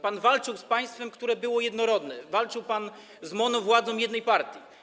Pan walczył z państwem, które było jednorodne, walczył pan z monowładzą jednej partii.